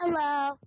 Hello